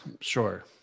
Sure